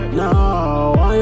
now